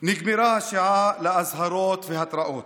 נגמרה השעה לאזהרות והתראות.